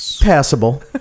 passable